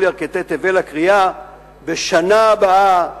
ירכתי תבל הקריאה "בשנה הבאה בירושלים".